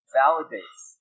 validates